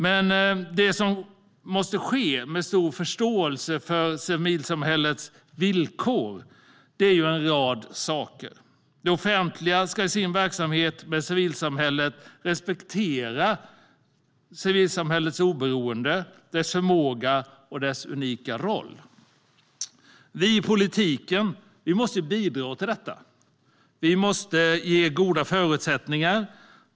Men det måste ske med stor förståelse för civilsamhällets villkor. Det offentliga ska i sin samverkan med civilsamhället respektera civilsamhällets oberoende, dess förmåga och dess unika roll. Vi i politiken måste bidra till detta. Vi måste ge goda förutsättningar.